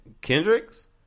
Kendrick's